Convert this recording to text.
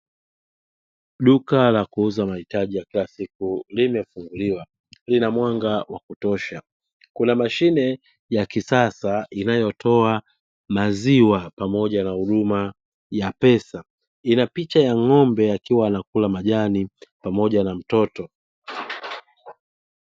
Duka la kuuza mahitaji ya kila siku limefunguliwa lina mwanga wa kutosha, kuna mashine ya kisasa inayotoa maziwa pamoja na huduma ya pesa, ina picha ya ng’ombe akiwa anakula majani pamoja na mtoto.